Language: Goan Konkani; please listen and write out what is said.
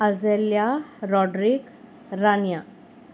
आझेल्या रॉड्रीक रानिया